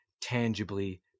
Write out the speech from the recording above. tangibly